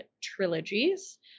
trilogies